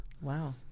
Wow